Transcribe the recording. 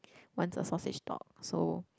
wants a sausage dog so